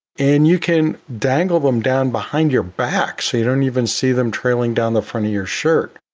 and you can dangle them down behind your back so you don't even see them trailing down the front of your shirt.